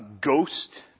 ghost